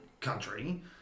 country